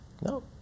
no